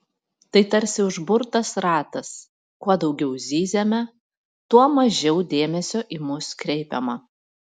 tai tarsi užburtas ratas kuo daugiau zyziame tuo mažiau dėmesio į mus kreipiama